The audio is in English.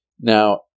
Now